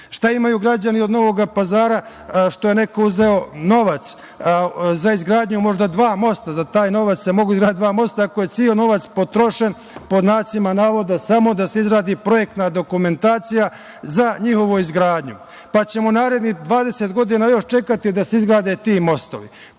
imaju građani od Novog Pazara što je neko uzeo novac za izgradnju možda dva mosta. Za taj novac se mogu izgraditi dva mosta, ako je ceo novac potrošen pod znacima navoda samo da se izradi projektna dokumentacija za njihovu izgradnju, pa ćemo u narednih 20 godina još čekati da se izgrade ti mostovi.